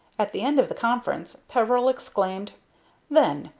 at the end of the conference peveril exclaimed then,